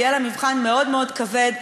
יהיה לה מבחן מאוד מאוד כבד,